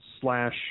slash